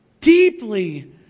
deeply